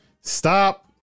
stop